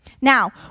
Now